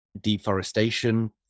deforestation